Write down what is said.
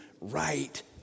right